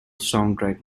soundtrack